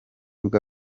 bwa